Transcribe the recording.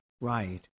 Right